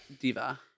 diva